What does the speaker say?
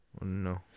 No